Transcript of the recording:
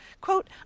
Quote